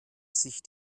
sich